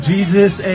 Jesus